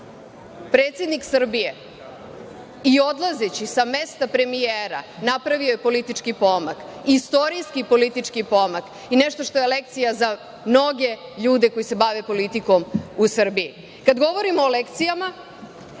predsednik Srbije i odlazeći sa mesta premijera. Napravio je politički pomak, istorijski politički pomak i nešto što je lekcija za mnoge ljude koji se bave politikom u Srbiji kada govorimo o lekcijama,